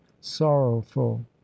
sorrowful